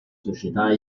società